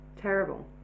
terrible